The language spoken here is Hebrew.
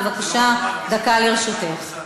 בבקשה, דקה לרשותך.